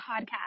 Podcast